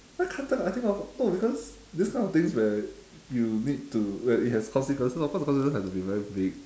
I can't think of I think of no because this kind of things where you need to where it has consequence of course the consequence have to be very big